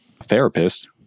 therapist